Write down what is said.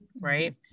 right